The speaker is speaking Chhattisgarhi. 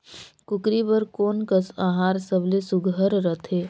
कूकरी बर कोन कस आहार सबले सुघ्घर रथे?